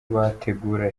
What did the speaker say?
bategura